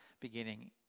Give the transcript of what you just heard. beginning